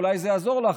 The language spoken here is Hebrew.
אולי זה יעזור לך,